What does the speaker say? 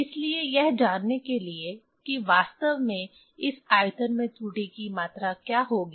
इसलिए यह जानने के लिए कि वास्तव में इस आयतन में त्रुटि की मात्रा क्या होगी